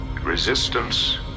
Resistance